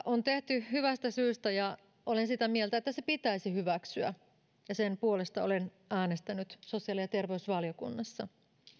on tehty hyvästä syystä ja olen sitä mieltä että se pitäisi hyväksyä ja sen puolesta olen äänestänyt sosiaali ja terveysvaliokunnassa